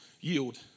Yield